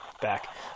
back